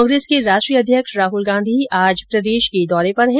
कांग्रेस के राष्ट्रीय अध्यक्ष राहुल गांधी आज प्रदेश के दौरे पर है